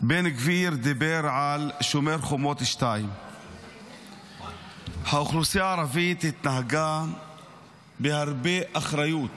בן גביר דיבר על שומר חומות 2. האוכלוסייה הערבית התנהגה בהרבה אחריות